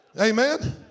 Amen